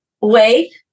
Wait